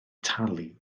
talu